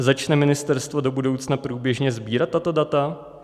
Začne ministerstvo do budoucna průběžně sbírat tato data?